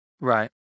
Right